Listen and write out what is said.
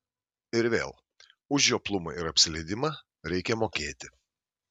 ir vėl už žioplumą ir apsileidimą reikia mokėti